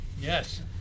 Yes